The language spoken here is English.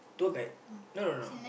tour guide no no no